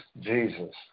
jesus